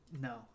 no